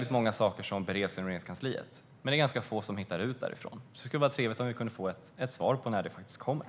Det är många saker som bereds inom Regeringskansliet, men det är ganska få som hittar ut därifrån. Det skulle därför vara trevligt om vi kunde få ett svar på när detta faktiskt kommer.